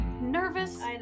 nervous